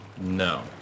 No